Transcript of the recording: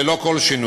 ללא כל שינוי.